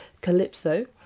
Calypso